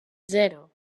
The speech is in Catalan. zero